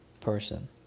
person